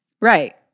Right